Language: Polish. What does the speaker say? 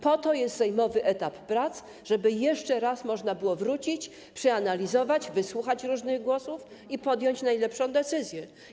Po to jest sejmowy etap prac, żeby jeszcze raz można było wrócić, przeanalizować, wysłuchać różnych głosów i podjąć najlepszą decyzję.